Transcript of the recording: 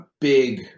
big